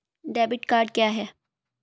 Debit card क्या है?